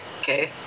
okay